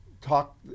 Talk